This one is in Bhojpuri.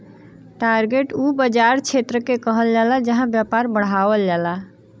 टारगेट उ बाज़ार क्षेत्र के कहल जाला जहां व्यापार बढ़ावल जाला